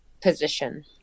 position